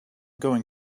going